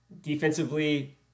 defensively